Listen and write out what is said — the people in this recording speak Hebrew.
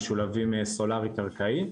משולבים סולארית-קרקעי,